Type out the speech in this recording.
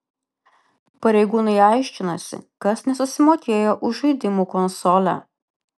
pareigūnai aiškinasi kas nesusimokėjo už žaidimų konsolę